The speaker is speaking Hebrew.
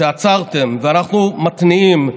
שעצרתם, ואנחנו מתניעים,